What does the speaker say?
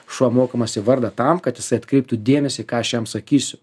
šuo mokomasi vardą tam kad jisai atkreiptų dėmesį ką aš jam sakysiu